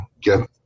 get